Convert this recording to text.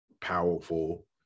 powerful